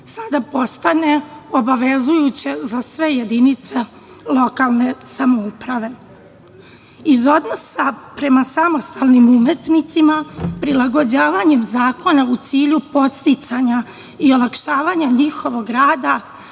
sada postane obavezujuće za sve jedinice lokalne samouprave. Iz odnosa prema samostalnim umetnicima, prilagođavanjem zakona u cilju podsticanja i olakšavanja njihovog rada,